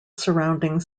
surrounding